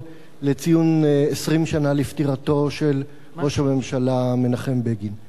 לציון 20 שנה לפטירתו של ראש הממשלה מנחם בגין.